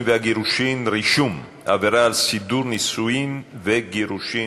והגירושין (רישום) (עבירה על סידור נישואין וגירושין),